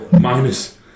minus